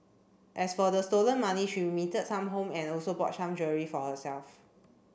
as for the stolen money she remitted some home and also bought some jewellery for herself